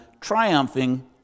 triumphing